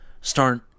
start